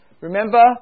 remember